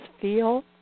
feel